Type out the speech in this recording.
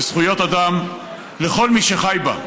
ויש זכויות אדם לכל מי שחי בה,